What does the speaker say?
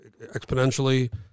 exponentially